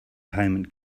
payment